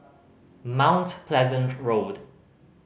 Mount Pleasant Road